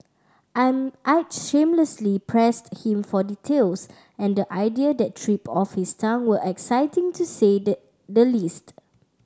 I'm I shamelessly pressed him for details and the ideas that tripped off his tongue were exciting to say the the least